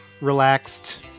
relaxed